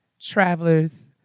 travelers